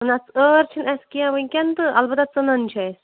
نہ حظ ٲر چھِنہٕ اَسہِ کیٚنٛہہ وُنۍکیٚن تہٕ اَلبتہٕ ژٕنَن چھِ اَسہِ